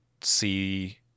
see